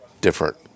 Different